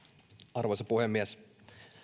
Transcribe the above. arvoisa puhemies